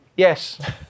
Yes